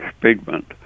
pigment